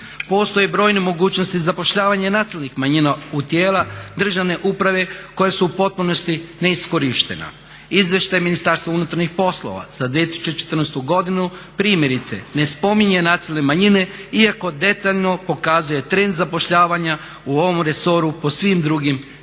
Postoje brojne mogućnosti zapošljavanja nacionalnih manjina u tijela državne uprave koja su u potpunosti neiskorištena. Izvještaj Ministarstva unutarnjih poslova za 2014. primjerice ne spominje nacionalne manjine iako detaljno pokazuje trend zapošljavanja u ovom resoru po svim drugim kriterijima.